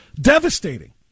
Devastating